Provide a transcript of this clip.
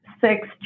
six